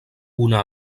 una